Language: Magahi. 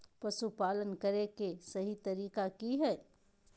पशुपालन करें के सही तरीका की हय?